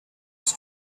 his